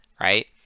right